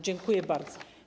Dziękuję bardzo.